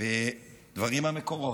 בדברים מהמקורות.